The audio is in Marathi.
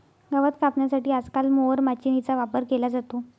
गवत कापण्यासाठी आजकाल मोवर माचीनीचा वापर केला जातो